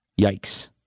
Yikes